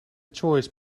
choice